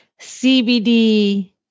CBD